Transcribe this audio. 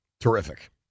Terrific